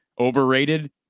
overrated